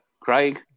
Craig